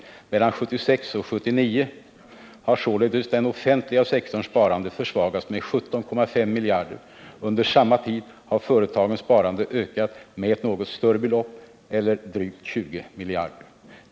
Mellan 1976 och 1979 har således den offentliga sektorns sparande försvagats med 17,5 miljarder. Under samma tid har företagens sparande ökat med ett något större belopp eller drygt 20 miljarder.